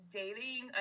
dating